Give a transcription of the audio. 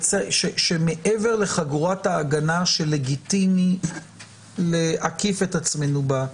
מעבר לחגורת ההגנה שלגיטימי להקיף את עצמנו בה,